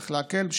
צריך להקל,